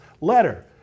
letter